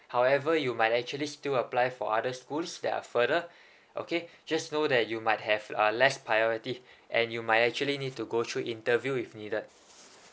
however you might actually still apply for other schools that are further okay just know that you might have uh less priority and you might actually need to go through interview if needed